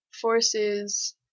forces